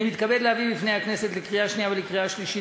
אני מתכבד להביא בפני הכנסת לקריאה השנייה ולקריאה השלישית